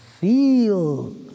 feel